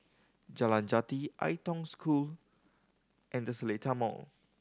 Jalan Jati Ai Tong School and The Seletar Mall